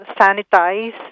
sanitize